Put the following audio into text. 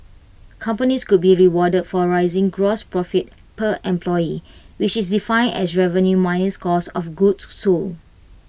companies could be rewarded for raising gross profit per employee which is defined as revenue minus cost of goods sold